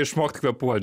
išmokt kvėpuot